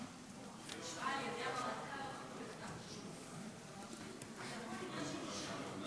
תתחיל את משפט הסיום עכשיו,